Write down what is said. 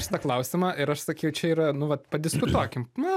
šitą klausimą ir aš sakiau čia yra nu vat padiskutuokim na